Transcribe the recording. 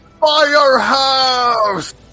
Firehouse